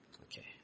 Okay